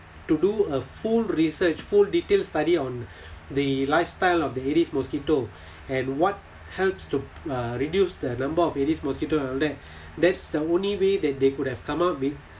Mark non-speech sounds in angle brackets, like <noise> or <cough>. to do a full research full detailed study <breath> on the lifestyle of the aedes mosquito and what helps to uh reduce the number of aedes mosquito all that that's the only way that they could have come up with